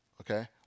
okay